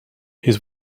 his